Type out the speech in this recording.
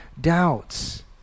doubts